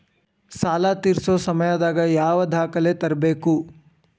ಸಾಲಾ ತೇರ್ಸೋ ಸಮಯದಾಗ ಯಾವ ದಾಖಲೆ ತರ್ಬೇಕು?